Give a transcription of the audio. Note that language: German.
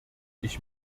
ich